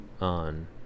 on